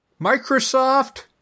Microsoft